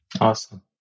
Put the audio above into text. Awesome